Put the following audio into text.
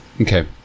Okay